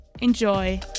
Enjoy